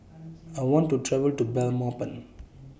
I want to travel to Belmopan